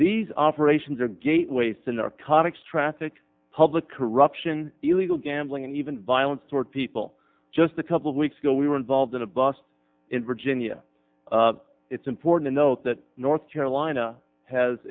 these operations are gateways in their comics traffic public corruption illegal gambling and even violence toward people just a couple of weeks ago we were involved in a bust in virginia it's important to note that north carolina has